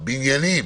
הבניינים